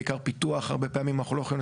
בעיקר פיתוח הרבה פעמים.